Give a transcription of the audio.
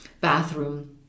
bathroom